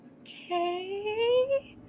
Okay